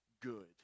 good